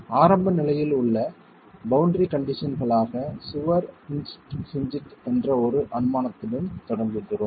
ஆரம்ப நிலையில் உள்ள பௌண்டரி கண்டிஷன்களாக சுவர் ஹின்ஜ்ட் ஹின்ஜ்ட் என்று ஒரு அனுமானத்துடன் தொடங்குகிறோம்